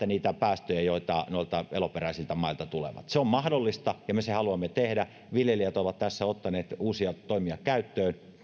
niitä päästöjä joita eittämättä noilta eloperäisiltä mailta tulee se on mahdollista ja sen me haluamme tehdä viljelijät ovat tässä ottaneet uusia toimia käyttöön